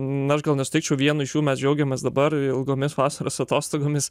na aš gal nesutikčiau vienu iš jų mes džiaugiamės dabar ilgomis vasaros atostogomis